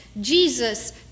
Jesus